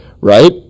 right